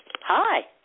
Hi